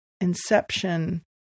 inception